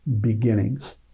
Beginnings